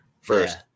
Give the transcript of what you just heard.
first